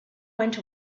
went